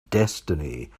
destiny